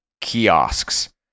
kiosks